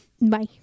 bye